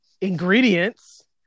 ingredients